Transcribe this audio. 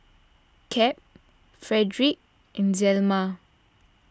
Cap Fredric and Zelma